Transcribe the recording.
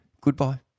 goodbye